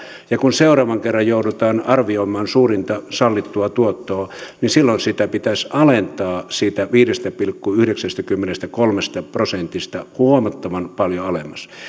ja kun seuraavan kerran joudutaan arvioimaan suurinta sallittua tuottoa niin silloin sitä pitäisi alentaa siitä viidestä pilkku yhdeksästäkymmenestäkolmesta prosentista huomattavan paljon alemmas